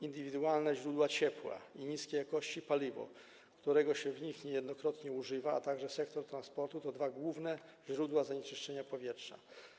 Indywidualne źródła ciepła, niskiej jakości paliwo, którego się niejednokrotnie w nich używa, a także sektor transportu to dwa główne źródła zanieczyszczenia powietrza.